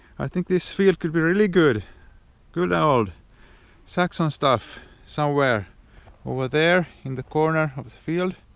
i think this field could be really good good old saxon stuff somewhere over there in the corner of the field,